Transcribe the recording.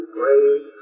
great